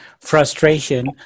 frustration